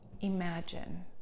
imagine